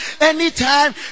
Anytime